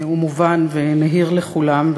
הוא מובן ונהיר לכולם,